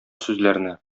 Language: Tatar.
сүзләрне